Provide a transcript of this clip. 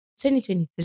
2023